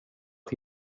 att